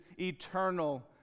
eternal